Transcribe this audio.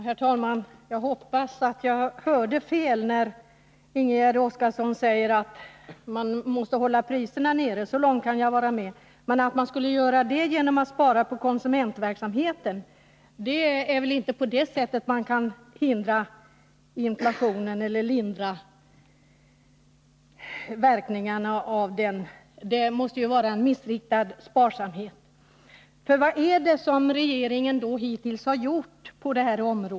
Herr talman! Jag hoppas att jag hörde fel, när jag lyssnade till Ingegärd Oskarssons resonemang om angelägenheten av att vi håller priserna nere. Jag kan visserligen hålla med om att priserna måste hållas nere, men att man skulle göra det genom att spara på konsumentverksamheten är ju fel. Det är inte på det sättet man kan lindra verkningarna av inflationen. Det måste vara en missriktad sparsamhet. Vad har då regeringen hittills gjort på detta område?